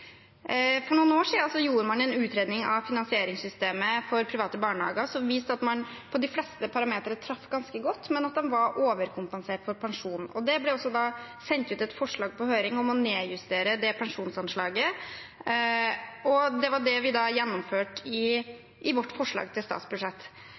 For noen år siden gjorde man en utredning av finansieringssystemet for private barnehager som viste at man på de fleste parametere traff ganske godt, men at de var overkompensert for pensjon. Det ble da også sendt ut et forslag på høring om å nedjustere det pensjonsanslaget, og det var det vi gjennomførte